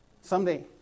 Someday